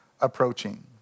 Approaching